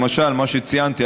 למשל מה שציינתי,